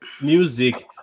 music